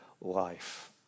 life